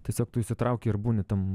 tiesiog tu įsitrauki ir būni tam